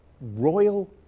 royal